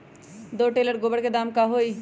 दो टेलर गोबर के दाम का होई?